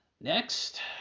Next